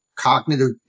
Cognitive